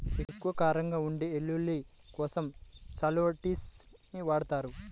ఎక్కువ కారంగా ఉండే వెల్లుల్లి కోసం షాలోట్స్ ని వాడతారు